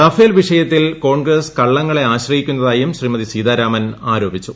Rafale വിഷയത്തിൽ കോൺഗ്രസ് കള്ളങ്ങളെ ആശ്രയിക്കുന്നതായും ശ്രീമതി സീതാരാമൻ ആരോപിച്ചു